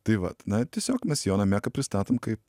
tai vat na tiesiog mes joną meką pristatom kaip